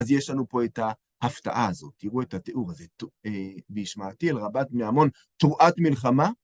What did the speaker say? אז יש לנו פה את ההפתעה הזאת, תראו את התיאור הזה, והשמעתי על רבת בני עמון, תרועת מלחמה.